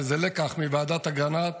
וזה לקח מוועדת אגרנט,